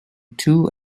two